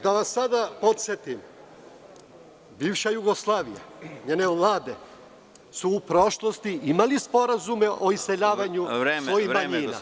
Da vas sada podsetim, bivša Jugoslavija, njene vlade su u prošlosti imali sporazume o iseljavanju svojih manjina.